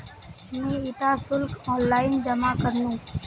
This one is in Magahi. मी इटा शुल्क ऑनलाइन जमा करनु